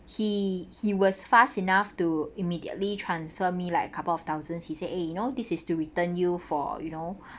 he he was fast enough to immediately transfer me like couple of thousands he said eh you know this is to return you for you know